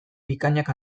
bikainak